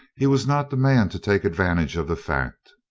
he was not the man to take advantage of the fact.